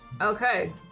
Okay